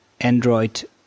Android